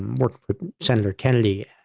um worked for senator kennedy.